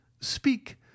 Speak